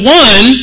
one